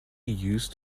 used